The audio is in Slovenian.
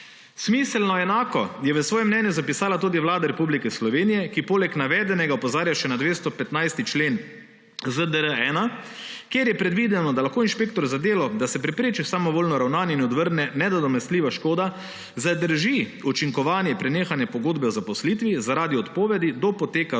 Smiselno enako je v svojem mnenju zapisala tudi Vlada Republike Slovenije, ki poleg navedenega opozarja še na 215. člen ZDR-1, kjer je predvideno, da lahko inšpektor za delo, da se prepreči samovoljno ravnanje in odvrne nenadomestljiva škoda, zadrži učinkovanje prenehanja pogodbe o zaposlitvi zaradi odpovedi do poteka roka